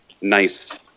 nice